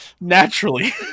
naturally